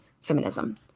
feminism